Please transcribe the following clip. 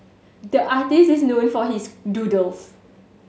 the artist is known for his doodles